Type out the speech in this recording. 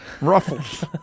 Ruffles